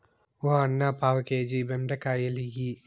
ఓ అన్నా, పావు కేజీ బెండకాయలియ్యి